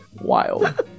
wild